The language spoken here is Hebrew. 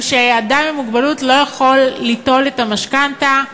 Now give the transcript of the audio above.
היא שאדם עם מוגבלות לא יכול ליטול את המשכנתה,